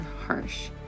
harsh